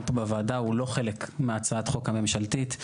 פה בוועדה הוא לא חלק מהצעת החוק הממשלתית,